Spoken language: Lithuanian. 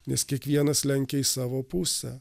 nes kiekvienas lenkia į savo pusę